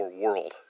world